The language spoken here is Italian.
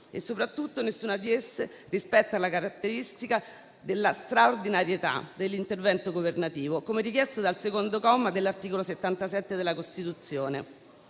e, soprattutto, nessuna di esse rispetta la caratteristica della straordinarietà dell'intervento governativo, come richiesto dal comma 2 dell'articolo 77 della Costituzione.